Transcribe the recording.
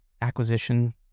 acquisition